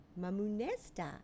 Mamunesta